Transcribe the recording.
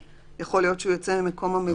שיכול להיות שהוא יוצא ממקום המגורים.